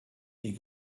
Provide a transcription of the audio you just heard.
des